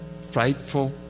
frightful